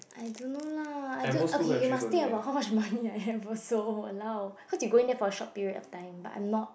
I don't know lah I don't okay you must think about how much money I have also allow how to going there for a short period of time I'm not